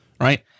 Right